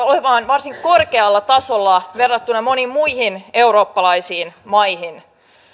olemaan varsin korkealla tasolla verrattuna moniin muihin eurooppalaisiin maihin